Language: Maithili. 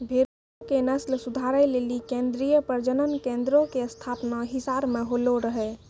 भेड़ो के नस्ल सुधारै लेली केन्द्रीय प्रजनन केन्द्रो के स्थापना हिसार मे होलो रहै